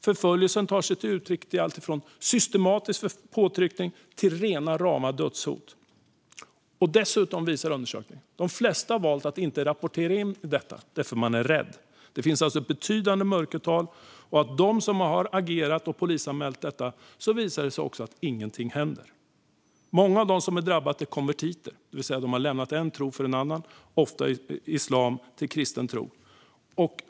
Förföljelsen tar sig uttryck i alltifrån systematiska påtryckningar till dödshot. Dessutom visar undersökningen att de flesta har valt att inte rapportera det som hänt för att de är rädda. Det finns alltså ett betydande mörkertal. För dem som har agerat och polisanmält visar det sig också att ingenting händer. Många av dem som drabbats är konvertiter. Det vill säga att de har lämnat en tro för en annan - ofta har de övergått från islam till kristen tro.